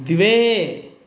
द्वे